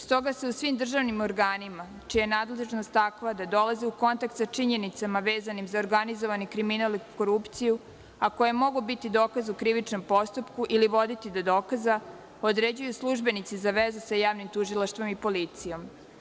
Stoga se u svim državnim organima, čija je nadležnost takva da dolaze u kontakt sa činjenicama vezanim za organizovani kriminal i korupciju, a koje mogu biti dokaz u krivičnom postupku ili voditi do dokaza, određuju službenici za vezu sa javnim tužilaštvom i policijom.